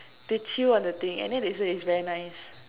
they chew on the thing and then they say is very nice